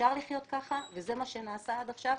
אפשר לחיות כך וזה מה שנעשה עד עכשיו.